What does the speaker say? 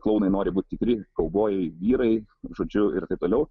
klounai nori būt tikri kaubojai vyrai žodžiu ir taip toliau